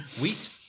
Wheat